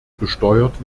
besteuert